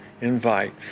invite